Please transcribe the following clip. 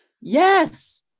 Yes